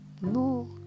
No